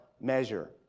measure